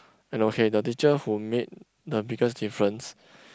and okay the teacher who made the biggest difference